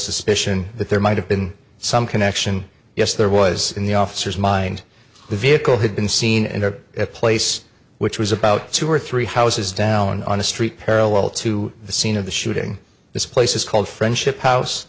suspicion that there might have been some connection yes there was in the officer's mind the vehicle had been seen in a place which was about two or three houses down on the street parallel to the scene of the shooting this place is called friendship house